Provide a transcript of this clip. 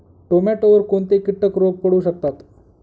टोमॅटोवर कोणते किटक रोग पडू शकतात?